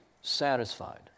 satisfied